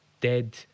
dead